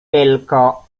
tylko